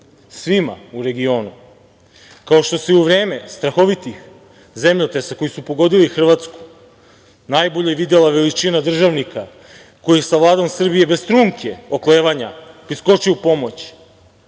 svima u regionu, kao što se u vreme strahovitih zemljotresa koji pogodili Hrvatsku, najbolje videla veličina državnika koji je sa Vladom Srbijom bez trunke oklevanja, priskočio u pomoć